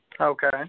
Okay